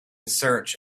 search